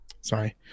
sorry